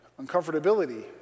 uncomfortability